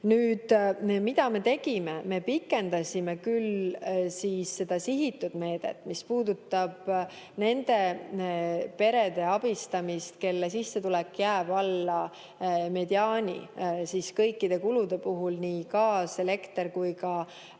Nüüd, mida me tegime? Me pikendasime küll seda sihitud meedet, mis puudutab nende perede abistamist, kelle sissetulek jääb alla mediaani kõikide kulude puhul, nii gaas, elekter kui ka